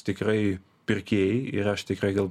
tikrai pirkėjai ir aš tikrai gal